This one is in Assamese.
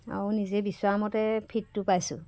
আৰু নিজে বিচৰা মতে ফিটটো পাইছোঁ